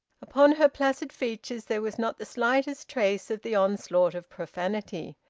upon her placid features there was not the slightest trace of the onslaught of profanity.